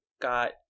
got